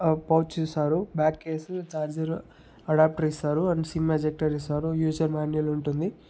ఒక పౌచ్ ఇస్తారు back case charger adapter ఇస్తారు అండ్ సిమ్ ఎజెక్టర్ ఇస్తారు అండ్ యూసర్ మాన్యుల్ ఉంటుంది